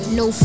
no